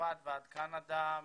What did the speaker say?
מצרפת ועד קנדה,